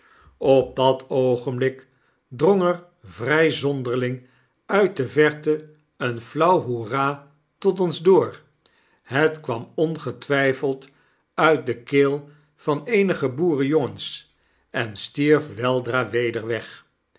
op dat oogenblik drong er vrfl zonderling nit de verte een flauw hoera tot ons door het kwam ongetwyfeld uit de keel van eenige boerenjongens en stierf weldra weder weg